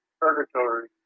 Purgatory